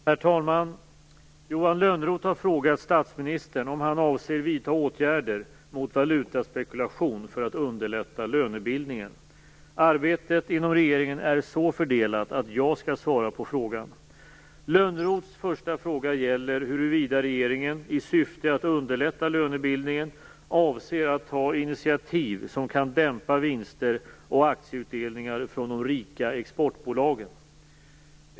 Herr talman! Johan Lönnroth har frågat statsministern om han avser vidta åtgärder mot valutaspekulation för att underlätta lönebildningen. Arbetet inom regeringen är så fördelat att jag skall svara på frågan. Lönnroths första fråga gäller huruvida regeringen, i syfte att underlätta lönebildningen, avser att ta "initiativ som kan dämpa vinster och aktieutdelningar från de rika exportbolagen".